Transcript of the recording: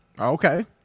Okay